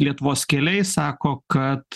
lietuvos keliai sako kad